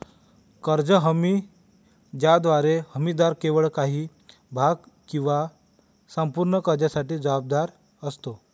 कर्ज हमी ज्याद्वारे हमीदार केवळ काही भाग किंवा संपूर्ण कर्जासाठी जबाबदार असतो